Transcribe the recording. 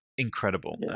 incredible